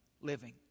living